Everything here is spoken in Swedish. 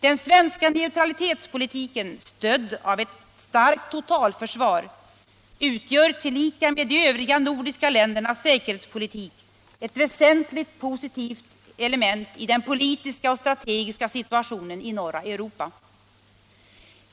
Den svenska neutralitetspolitiken, stödd av ett starkt totalförsvar, utgör, tillika med de övriga nordiska ländernas säkerhetspolitik, ett väsentligt positivt element i den politiska och strategiska situationen i norra Europa.